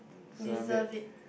deserve it